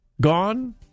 gone